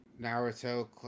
Naruto